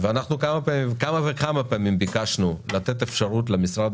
ואנחנו כמה וכמה פעמים ביקשנו לתת אפשרות למשרד